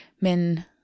men